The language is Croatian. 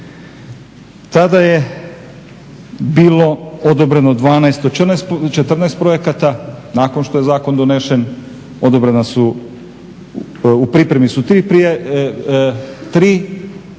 tada je bilo odobreno 14 projekata, nakon što je zakon donesen odobrena su, u pripremi su 3 projekta